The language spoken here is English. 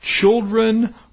children